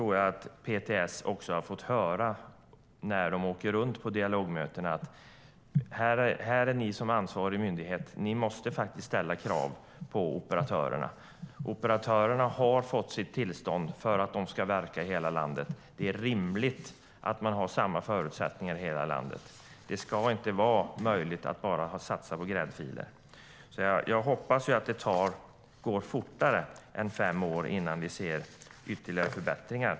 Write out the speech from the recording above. Och jag tror också att PTS när de åker runt på dialogmöten har fått höra att de som ansvarig myndighet måste ställa krav på operatörerna. Operatörerna har fått sitt tillstånd för att de ska verka i hela landet. Det är rimligt att man har samma förutsättningar i hela landet. Det ska inte vara möjligt att bara satsa på gräddfiler. Jag hoppas att det går fortare än fem år innan vi ser ytterligare förbättringar.